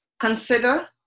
consider